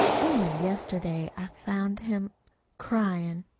only yesterday i found him cryin'.